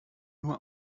nur